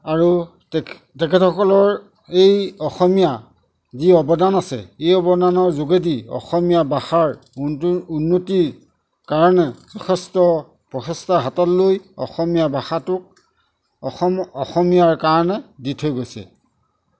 আৰু তেখে তেখেতসকলৰ এই অসমীয়া যি অৱদান আছে এই অৱদানৰ যোগেদি অসমীয়া ভাষাৰ উনতি উন্নতিৰ কাৰণে যথেষ্ট প্ৰচেষ্টা হাতত লৈ অসমীয়া ভাষাটোক অসম অসমীয়াৰ কাৰণে দি থৈ গৈছে